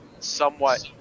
somewhat